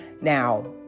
Now